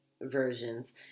versions